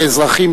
כאזרחים,